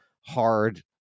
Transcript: hard